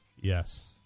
Yes